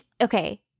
okay